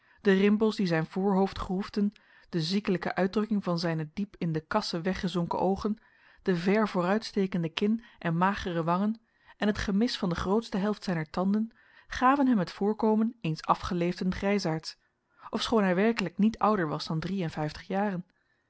de rimpels die zijn voorhoofd groefden de ziekelijke uitdrukking van zijne diep in de kassen weggezonken oogen de ver vooruitstekende kin en magere wangen en het gemis van de grootste helft zijner tanden gaven hem het voorkomen eens afgeleefden grijsaards ofschoon hij werkelijk niet ouder was dan drie en vijftig jaren